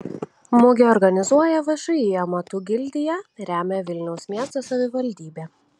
mugę organizuoja všį amatų gildija remia vilniaus miesto savivaldybė